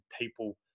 people